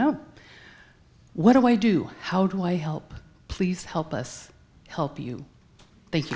know what do i do how do i help please help us help you thank